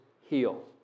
heal